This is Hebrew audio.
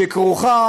שכרוכה